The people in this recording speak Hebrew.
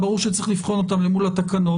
ברור שצריך לבחון אותם אל מול התקנות,